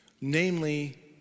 Namely